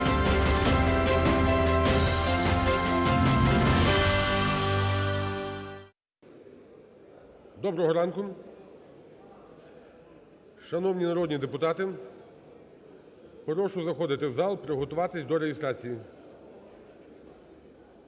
Доброго ранку, шановні народні депутати! Прошу заходити в зал, приготуватись до реєстрації. Готові